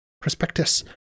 prospectus